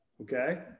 okay